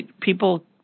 People